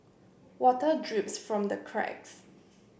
water drips from the cracks